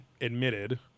admitted